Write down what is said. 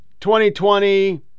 2020